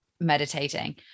Meditating